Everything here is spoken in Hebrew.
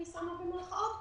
במירכאות,